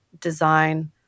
design